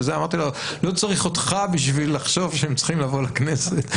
אמרתי לו: לא צריך אותך בשביל לחשוב שהם צריכים לבוא לכנסת,